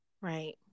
Right